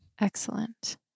Excellent